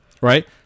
Right